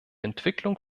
entwicklung